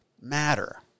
matter